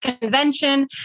convention